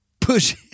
Push